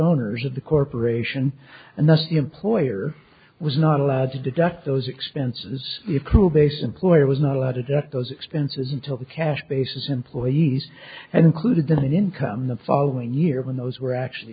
owners of the corporation and thus the employer was not allowed to deduct those expenses if true based employer was not allowed to deduct those expenses until the cash basis employees and included in income the following year when those were actually